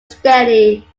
steady